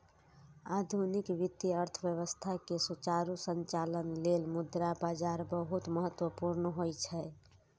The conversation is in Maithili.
आधुनिक वित्तीय अर्थव्यवस्था के सुचारू संचालन लेल मुद्रा बाजार बहुत महत्वपूर्ण होइ छै